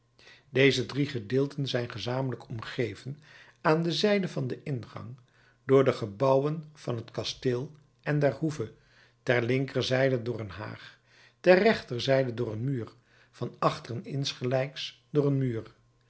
deze drie gedeelten zijn gezamenlijk omgeven aan de zijde van den ingang door de gebouwen van het kasteel en der hoeve ter linkerzijde door een haag ter rechterzijde door een muur van achter insgelijks door een muur